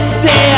say